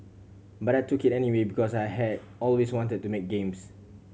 but I took it anyway because I had always wanted to make games